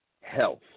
health